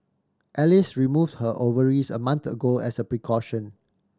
Alice removed her ovaries a month ago as a precaution